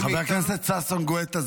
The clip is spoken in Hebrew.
חבר הכנסת ששון גואטה,